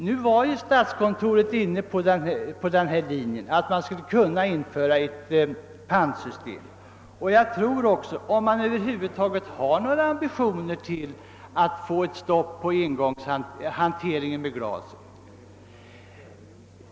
Statskontoret var för sin del inne på linjen att man skulle införa ett pantsystem.